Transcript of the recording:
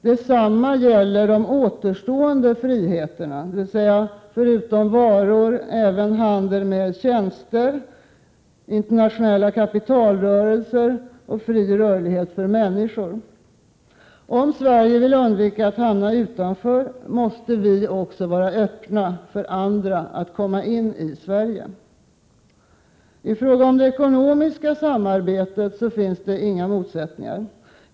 Detsamma gäller de återstående friheterna, dvs. förutom handel med varor också handel med tjänster, samt kapitalrörelser och fri rörlighet för människor. Om vi vill undvika att hamna utanför, måste vi också vara öppna för att andra skall kunna komma in i Sverige. I fråga om det ekonomiska samarbetet finns det inga motsättningar.